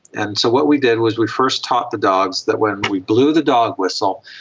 and so what we did was we first taught the dogs that when we blew the dog whistle,